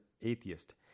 atheist